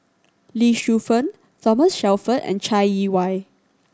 Lee Shu Fen Thomas Shelford and Chai Yee Wei